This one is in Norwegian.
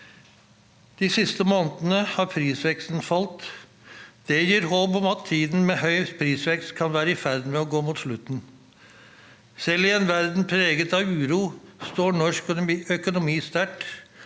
De siste månedene har prisveksten falt. Det gir håp om at tiden med høy prisvekst kan være i ferd med å gå mot slutten. Selv i en verden preget av uro står norsk økonomi sterkt.